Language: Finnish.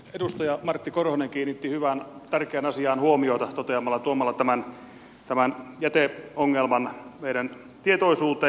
edustaja martti korhonen kiinnitti hyvään tärkeään asiaan huomiota tuomalla tämän jäteongelman meidän tietoisuuteemme